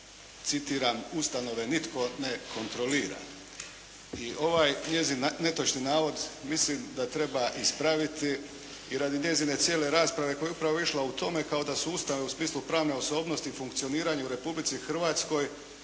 citiram: "ustanove nitko ne kontrolira". I ovaj njezin netočan navod mislim da treba ispraviti i radi njezine cijele rasprave koja je upravo išla u tome kao da sustav … pravne osobnosti o funkcioniranju u Republici Hrvatskoj